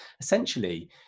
essentially